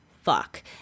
Fuck